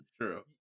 true